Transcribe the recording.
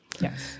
Yes